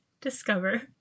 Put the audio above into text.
discover